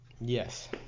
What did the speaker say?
yes